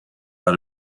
out